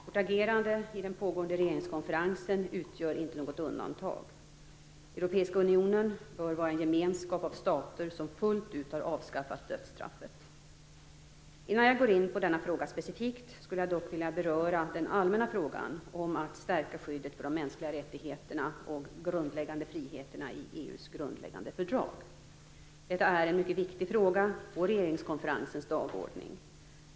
Vårt agerande i den pågående regeringskonferensen utgör inte något undantag. Europeiska unionen bör vara en gemenskap av stater som fullt ut har avskaffat dödsstraffet. Innan jag går in på denna fråga specifikt, skulle jag dock vilja beröra den allmänna frågan om att stärka skyddet för de mänskliga rättigheterna och de grundläggande friheterna i EU:s grundläggande fördrag. Detta är en mycket viktig fråga på regeringskonferensens dagordning.